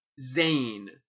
zane